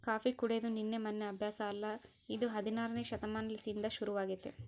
coffee ಕುಡೆದು ನಿನ್ನೆ ಮೆನ್ನೆ ಅಭ್ಯಾಸ ಅಲ್ಲ ಇದು ಹದಿನಾರನೇ ಶತಮಾನಲಿಸಿಂದ ಶುರುವಾಗೆತೆ